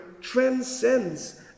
transcends